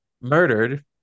murdered